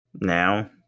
now